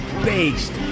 based